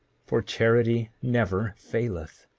for charity never faileth.